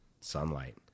sunlight